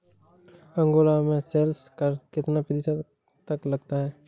Angola में sales कर कितना प्रतिशत तक लगता है?